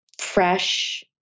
fresh